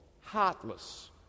heartless